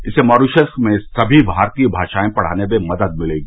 इससे मॉरीशस में समी भारतीय भाषाए पढ़ाने में मदद मिलेगी